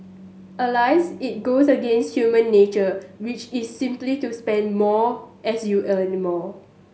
Alas it goes against human nature which is simply to spend more as you earn any more